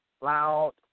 loud